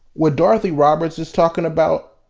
what dorothy roberts is talking about,